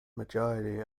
majority